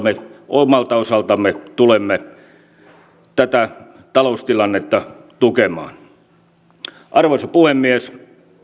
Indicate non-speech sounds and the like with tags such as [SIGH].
[UNINTELLIGIBLE] me omalta osaltamme tulemme tätä taloustilannetta tukemaan arvoisa puhemies